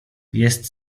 jest